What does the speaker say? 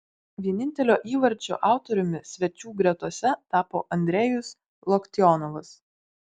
vienintelio įvarčio autoriumi svečių gretose tapo andrejus loktionovas